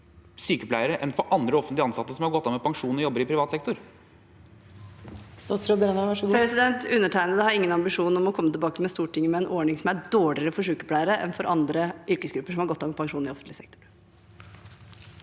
sykepleiere enn for andre offentlig ansatte som har gått av med pensjon, og som jobber i privat sektor?